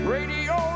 Radio